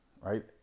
right